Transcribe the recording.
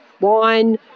wine